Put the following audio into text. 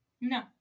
No